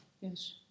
Yes